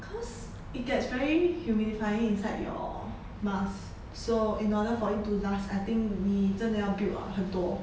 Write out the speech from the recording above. cause it gets very humidifying inside your mask so in order for it to last I think 你真的要 build ah 很多